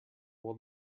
will